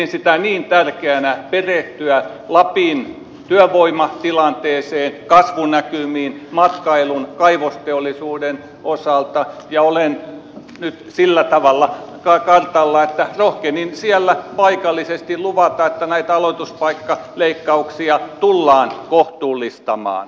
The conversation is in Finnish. pidin niin tärkeänä perehtyä lapin työvoimatilanteeseen kasvunäkymiin matkailun kaivosteollisuuden osalta ja olen nyt sillä tavalla kartalla että rohkenin siellä paikallisesti luvata että näitä aloituspaikkaleikkauksia tullaan kohtuullistamaan